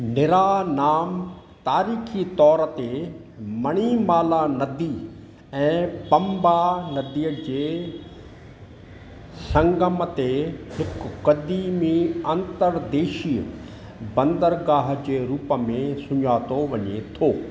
निरानाम तारीख़ी तौर ते मणिमाला नदी ऐं पंबा नदीअ जे संगम ते हिकु क़दीमी अंतर्देशीय बंदरगाह जे रूप में सुञातो वञे थो